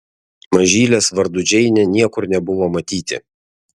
mažylės vardu džeinė niekur nebuvo matyti